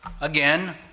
again